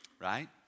right